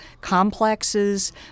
complexes